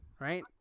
Right